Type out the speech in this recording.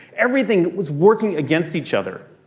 everything was working against each other.